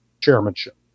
chairmanship